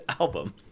album